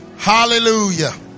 Hallelujah